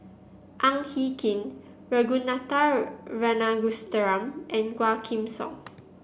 Ang Hin Kee Ragunathar Kanagasuntheram and Quah Kim Song